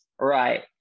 Right